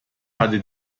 hatte